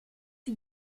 die